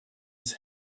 his